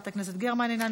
חבר הכנסת חיים ילין,